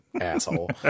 asshole